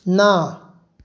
ना